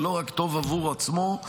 ולא טוב רק בעבור עצמו.